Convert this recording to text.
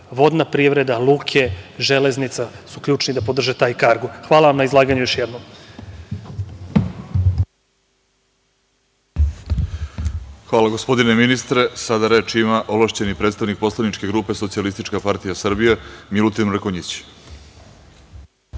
vodna privreda, luke, železnica su ključni da podrže taj kargo. Hvala na izlaganju, još jednom. **Vladimir Orlić** Hvala, gospodine ministre. Reč ima ovlašćeni predstavnik poslaničke grupe Socijalistička partija Srbije, Milutin Mrkonjić.